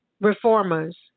Reformers